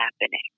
happening